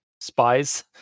spies